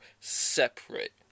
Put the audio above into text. separate